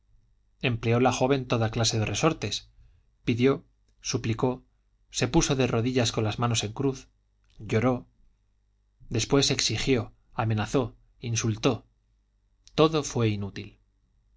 empleó la joven toda clase de resortes pidió suplicó se puso de rodillas con las manos en cruz lloró después exigió amenazó insultó todo fue inútil